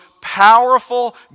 powerful